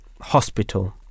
hospital